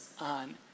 on